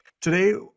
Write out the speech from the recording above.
Today